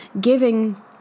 giving